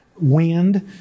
wind